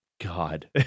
God